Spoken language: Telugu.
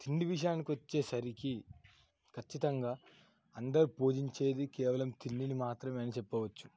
తిండి విషయానికి వచ్చేసరికి కచ్చితంగా అందరు పూజించేది కేవలం తిండిని మాత్రమే అని చెప్పవచ్చు